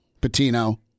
Patino